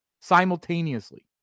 simultaneously